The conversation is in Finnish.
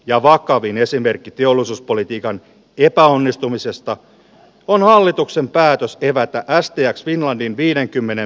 ja vakavin esimerkki jolospolitiikan epäonnistumisesta on hallituksen päätös evätä astiat finlandin viidenkymmenen